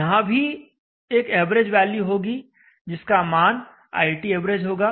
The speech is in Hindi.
यहां भी एक एवरेज वैल्यू होगी जिसका मान iTav होगा